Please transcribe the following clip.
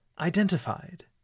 Identified